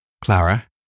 Clara